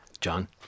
John